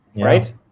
right